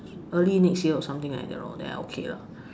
early next year or something like that lor then I okay lah